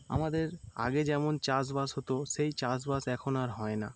আমাদের আগে যেমন চাষবাস হতো সেই চাষবাস এখন আর হয় না